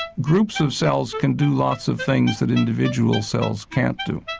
groups of cells can do lots of things that individual cells can't do,